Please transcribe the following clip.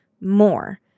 more